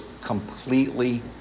completely